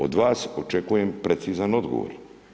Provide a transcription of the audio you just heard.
Od vas očekujem precizan odgovor.